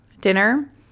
dinner